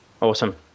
awesome